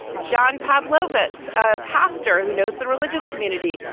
john parv lovitz ah pastor who knows the religious community.